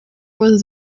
was